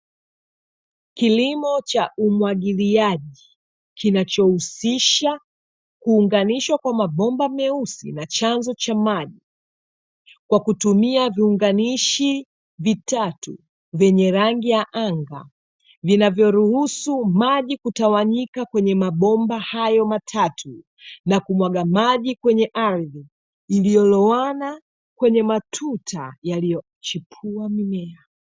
Kilimo Cha umwagiliaji kinachihusisha umwagiliaji kinachihusisha muunganiko wa mabomba meusi , na chanzo Cha maji kwa kutumika viunganishi vitatu vyenye rangi ya anga. vinavyoruhusu maji kutawanyika kwenye mabomba hayo matatu na kumwaga maji kwenye ardhi Iliyolowana kwenye matuta yaliyochipua mimea.